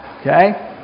okay